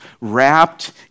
wrapped